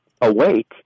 awake